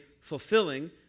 fulfilling